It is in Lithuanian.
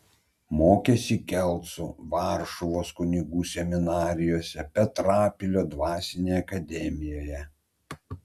mokėsi kelcų varšuvos kunigų seminarijose petrapilio dvasinėje akademijoje